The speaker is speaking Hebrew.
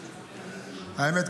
האמת,